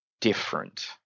different